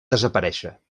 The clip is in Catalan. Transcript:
desaparèixer